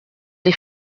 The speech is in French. les